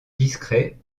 discret